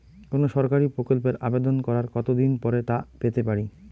কোনো সরকারি প্রকল্পের আবেদন করার কত দিন পর তা পেতে পারি?